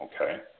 okay